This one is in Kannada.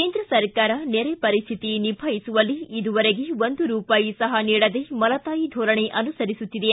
ಕೇಂದ್ರ ಸರ್ಕಾರ ನೆರೆ ಪರಿಸ್ವಿತಿ ನಿಭಾಯಿಸುವಲ್ಲಿ ಇದುವರೆಗೆ ಒಂದು ರೂಪಾಯಿ ಸಹ ನೀಡದೆ ಮಲತಾಯಿ ಧೋರಣೆ ಅನುಸರಿಸುತ್ತಿದೆ